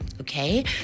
okay